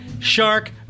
Shark